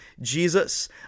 Jesus